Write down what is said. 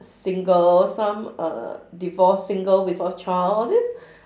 single some are divorced single with a child all this